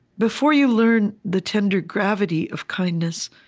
before you learn the tender gravity of kindness,